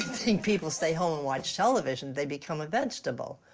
people stay home and watch television, they become a vegetable.